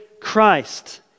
Christ